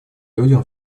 людям